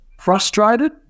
frustrated